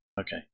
Okay